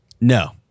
No